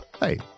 Hey